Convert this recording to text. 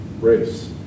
race